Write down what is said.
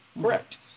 correct